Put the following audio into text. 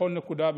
בכל נקודה,